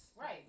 Right